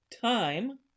time